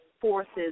forces